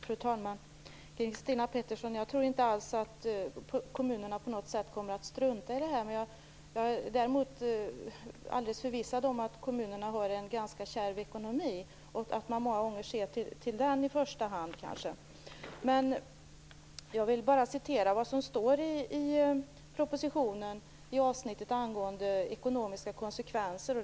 Fru talman! Christina Pettersson! Jag tror inte alls att kommunerna på något sätt kommer att strunta i det här. Däremot är jag alldeles förvissad om att kommunerna har en ganska kärv ekonomi och att man många gånger kanske i första hand ser till den. Jag vill hänvisa till vad som står i propositionen i avsnittet om ekonomiska konsekvenser.